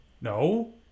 No